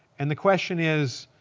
and the question is,